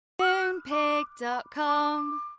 Moonpig.com